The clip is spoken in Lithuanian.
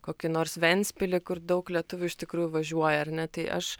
kokį nors ventspilį kur daug lietuvių iš tikrųjų važiuoja ar ne tai aš